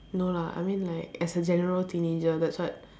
no lah I mean like as a general teenager that's what